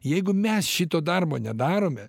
jeigu mes šito darbo nedarome